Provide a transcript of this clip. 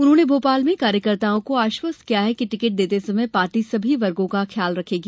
उन्होंने भोपाल में कार्यकर्ताओं को आश्वस्त किया कि टिकट देते समय पार्टी सभी वर्गों का ध्यान रखेगी